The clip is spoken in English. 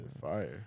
fire